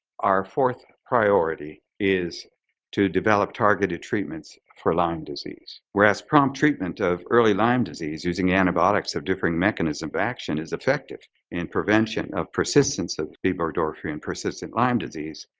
our fourth priority is to develop targeted treatments for lyme disease. whereas prompt treatment of early lyme disease using antibiotics of differing mechanism for but action is effective in prevention of persistence of b. burgdorferi and persistent lyme disease,